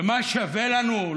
ו"מה שווה לנו",